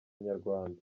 inyarwanda